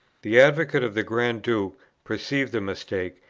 the advocate of the grand duke perceived the mistake,